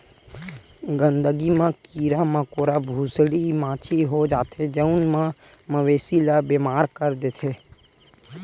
गंदगी म कीरा मकोरा, भूसड़ी, माछी हो जाथे जउन ह मवेशी ल बेमार कर देथे